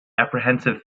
apprehensive